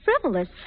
frivolous